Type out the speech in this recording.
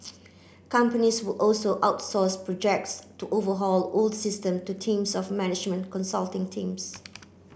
companies would also outsource projects to overhaul old system to teams of management consulting teams